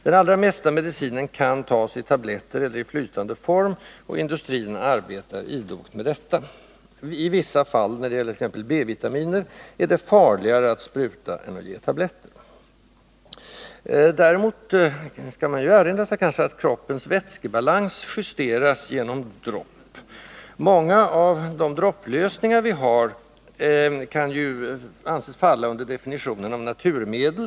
De allra flesta mediciner kan tas i tablettform eller i flytande form, och industrin arbetar ivrigt på detta område. I vissa fall, t.ex. när det gäller B-vitaminer, är det farligare att spruta in dem än att ge dem i form av tabletter. Däremot kan man nämna att vätskebalansen i kroppen ofta justeras genom dropp. Många av de dropplösningar vi har kan ju anses falla under begreppet ”naturmedel”.